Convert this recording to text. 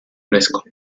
fresco